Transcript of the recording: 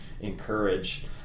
encourage